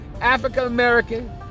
African-American